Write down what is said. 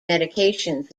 medications